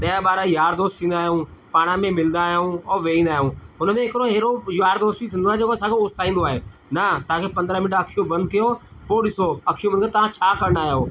ॾह ॿारहं यार दोस्त थींदा आहियूं पाण में मिलंदा आहियूं और वेहींदा आहियूं हुनमें हिकिड़ो अहिड़ो यार दोस्त बि थींदो आहे जेको असांखे उकसाईंदो आहे न तव्हांखे पंद्रहं मिन्ट अखियूं बंदि कियो पोइ ॾिसो अखियूं मूंदे तव्हां छा करण आया हो